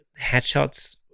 headshots